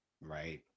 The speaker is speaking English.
right